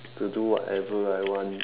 to do whatever I want